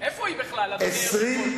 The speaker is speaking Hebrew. איפה היא בכלל, אדוני היושב-ראש?